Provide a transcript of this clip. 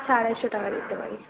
হ্যাঁ আড়াইশো টাকা দিতে পারি